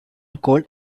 cold